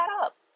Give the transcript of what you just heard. up